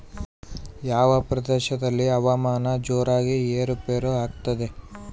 ಯಾವ ಪ್ರದೇಶಗಳಲ್ಲಿ ಹವಾಮಾನ ಜೋರಾಗಿ ಏರು ಪೇರು ಆಗ್ತದೆ?